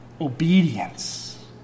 obedience